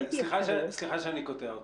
עינת, סליחה שאני קוטע אותך.